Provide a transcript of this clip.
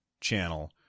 channel